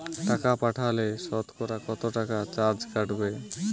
টাকা পাঠালে সতকরা কত টাকা চার্জ কাটবে?